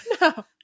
No